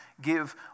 give